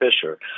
Fisher